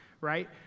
right